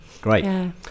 great